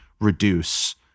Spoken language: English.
reduce